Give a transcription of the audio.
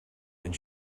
and